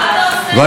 מה אתה עושה, לשלום?